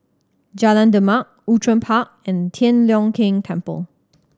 Jalan Demak Outram Park and Tian Leong Keng Temple